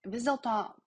vis dėlto